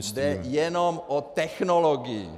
Jde jenom o technologii.